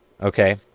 Okay